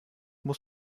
muss